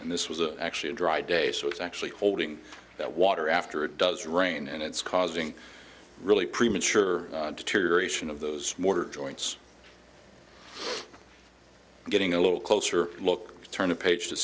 and this was a actually a dry day so it's actually holding that water after it does rain and it's causing really premature to ration of those mortar joints getting a little closer look turn a page to